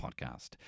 podcast